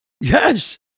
Yes